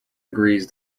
agrees